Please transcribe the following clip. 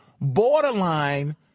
borderline